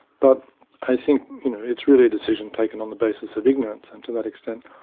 but i think you know it's really a decision taken on the basis of ignorance and to that extent,